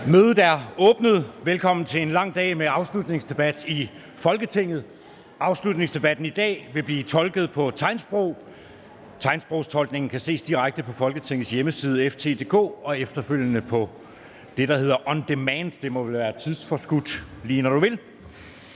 Mødet er åbnet. Velkommen til en lang dag med afslutningsdebat i Folketinget. Afslutningsdebatten i dag vil blive tolket på tegnsprog. Tegnsprogstolkningen kan ses direkte på Folketingets hjemmeside, www.ft.dk, og efterfølgende også som video on demand, altså lige når du vil.